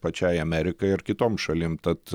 pačiai amerikai ir kitom šalim tad